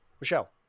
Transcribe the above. Michelle